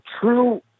true